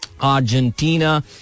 Argentina